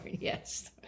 Yes